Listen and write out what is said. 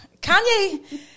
Kanye